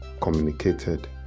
communicated